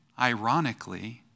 ironically